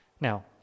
Now